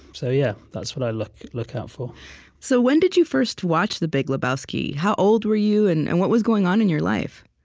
so yeah that's what i look look out for so when did you first watch the big lebowski? how old were you, and and what was going on in your life?